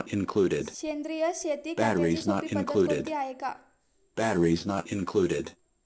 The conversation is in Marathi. सेंद्रिय शेती करण्याची सोपी पद्धत कोणती आहे का?